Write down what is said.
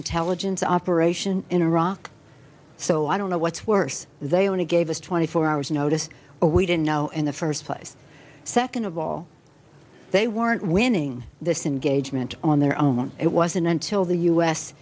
intelligence operation in iraq so i don't know what's worse they only gave us twenty four hours notice or we didn't know in the first place second of all they weren't winning this and gauge meant on their own it wasn't until the u